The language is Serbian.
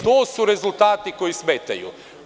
To su rezultati koji smetaju.